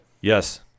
Yes